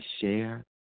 share